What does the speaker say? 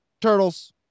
Turtles